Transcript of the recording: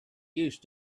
used